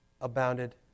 abounded